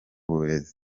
burezi